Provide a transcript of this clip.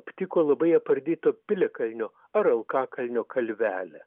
aptiko labai apardyto piliakalnio ar alkakalnio kalvelę